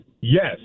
yes